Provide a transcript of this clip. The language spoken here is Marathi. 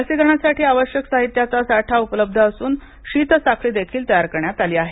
लसीकरणासाठी आवश्यक साहित्याचा आवश्यक साठा उपलब्ध असून शीतसाखळी देखील तयार करण्यात आली आहे